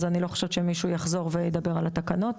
אז אני לא חושבת שמישהו יחזור וידבר על התקנות.